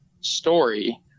story